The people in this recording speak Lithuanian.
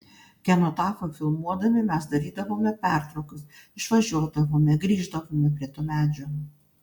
kenotafą filmuodami mes darydavome pertraukas išvažiuodavome grįždavome prie to medžio